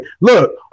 look